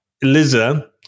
Eliza